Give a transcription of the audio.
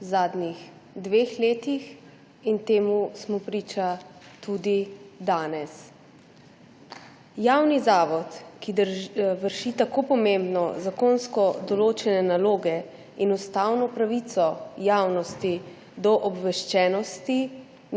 zadnjih dveh letih in temu smo priča tudi danes. Javni zavod, ki vrši tako pomembno zakonsko določene naloge in ustavno pravico javnosti do obveščenosti,